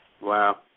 Wow